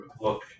look